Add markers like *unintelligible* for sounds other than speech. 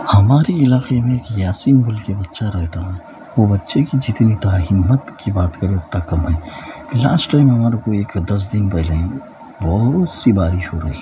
ہمارے علاقے میں ایک یاسین بول کے بچہ رہتا ہے وہ بچے کی جتنی *unintelligible* کی بات کریں اتنا کم ہے لاسٹ ٹائم ہمارے کو ایک دس دن پہلے بہت سی بارش ہو رہی ہے